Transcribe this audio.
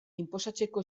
inposatzeko